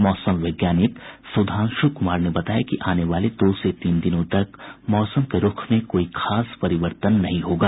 मौसम वैज्ञानिक सुधांशु कुमार ने बताया कि आने वाले दो से तीन दिनों तक मौसम के रूख में कोई खास परिवर्तन नहीं होगा